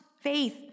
faith